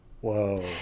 Whoa